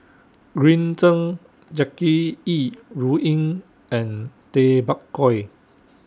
Green Zeng Jackie Yi Ru Ying and Tay Bak Koi